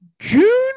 June